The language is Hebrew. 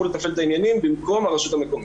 לתפעל את העניינים במקום הרשות המקומית.